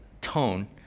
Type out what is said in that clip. tone